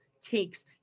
takes